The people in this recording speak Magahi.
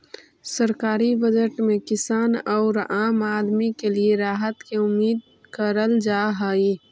सरकारी बजट में किसान औउर आम आदमी के लिए राहत के उम्मीद करल जा हई